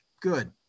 good